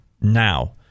now